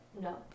No